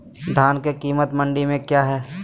धान के कीमत मंडी में क्या है?